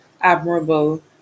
admirable